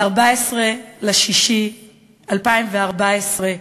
ב-14 ביוני 2014,